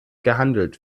gehandelt